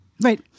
Right